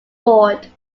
ford